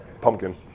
pumpkin